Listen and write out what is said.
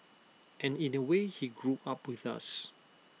and in A way he grew up with us